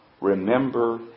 Remember